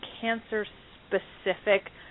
cancer-specific